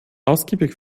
ausgiebig